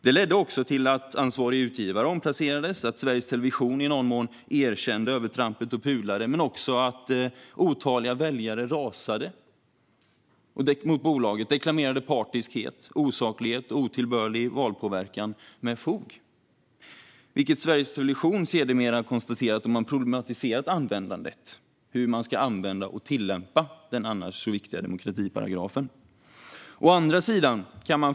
Det ledde också till att ansvarige utgivare omplacerades och att Sveriges Television i någon mån erkände övertrampet och pudlade, vidare att otaliga väljare rasade mot bolaget i fråga om partiskhet, osaklighet och otillbörlig valpåverkan - med fog, vilket Sveriges Television konstaterade efter att ha problematiserat användandet och tillämpandet av den annars så viktiga demokratiparagrafen.